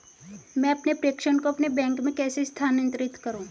मैं अपने प्रेषण को अपने बैंक में कैसे स्थानांतरित करूँ?